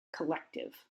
collective